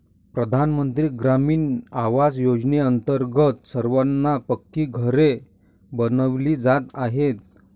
प्रधानमंत्री ग्रामीण आवास योजनेअंतर्गत सर्वांना पक्की घरे बनविली जात आहेत